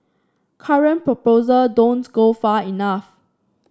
current proposal don't go far enough